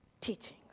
teachings